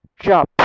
job